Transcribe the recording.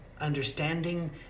understanding